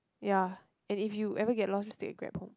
ya and if you ever get lost just take a Grab home